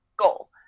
goal